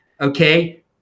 okay